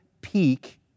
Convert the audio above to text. peak